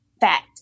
fact